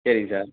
சரிங்க சார்